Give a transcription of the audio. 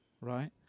right